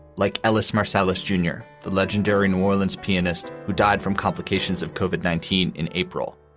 like ellis marsalis jr, the legendary new orleans pianist who died from complications of kovac, nineteen, in april.